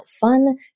Fun